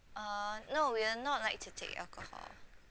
uh no we are not like to take alcohol